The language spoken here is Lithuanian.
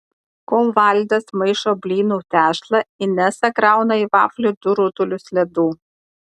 kol valdas maišo blynų tešlą inesa krauna į vaflį du rutulius ledų